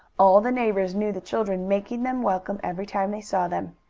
all the neighbors knew the children, making them welcome every time they saw them.